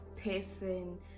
person